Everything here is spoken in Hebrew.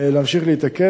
להמשיך להתעכב.